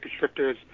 descriptors